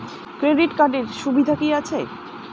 Credit কার্ডের সুবিধা কি আছে?